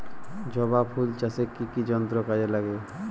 জবা ফুল চাষে কি কি যন্ত্র কাজে লাগে?